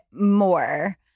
more